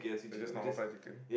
not just one fried chicken